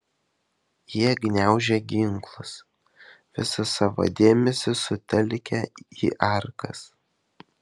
jie gniaužė ginklus visą savo dėmesį sutelkę į arkas